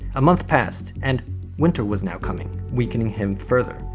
a month passed and winter was now coming, weakening him further.